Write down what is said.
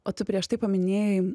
o tu prieš tai paminėjai